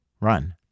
Run